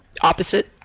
opposite